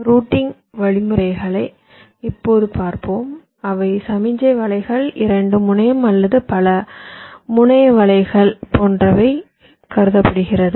routing வழிமுறைகளை இப்போது பார்ப்போம் அவை சமிக்ஞை வலைகள் இரண்டு முனையம் அல்லது பல முனைய வலைகள் போன்றவை கருதப்படுகிறது